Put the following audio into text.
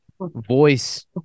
voice